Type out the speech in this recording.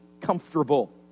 comfortable